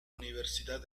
universidad